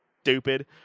stupid